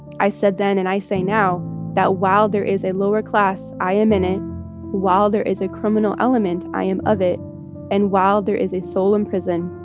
i said then and i say now that while there is a lower class, i am in it while there is a criminal element, i am of it and while there is a soul in prison,